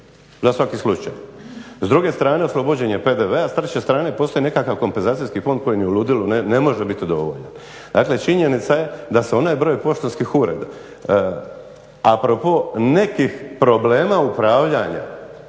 za svaki slučaj. S druge strane, oslobođen je PDV-a. S treće strane postoji nekakav kompenzacijski fond koji ni u ludilu ne može biti udovoljen. Dakle, činjenica je da se onaj broj poštanskih ureda, a propos nekih problema upravljanja